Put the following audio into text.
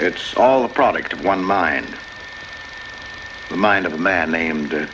it's all a product of one mind the mind of a man named